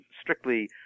strictly